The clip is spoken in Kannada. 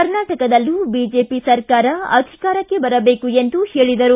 ಕರ್ನಾಟಕದಲ್ಲೂ ಬಿಜೆಪಿ ಸರ್ಕಾರ ಅಧಿಕಾರಕ್ಕೆ ಬರಬೇಕು ಎಂದು ಹೇಳಿದರು